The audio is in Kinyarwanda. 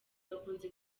bakunze